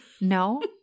No